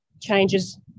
changes